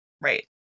right